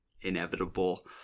inevitable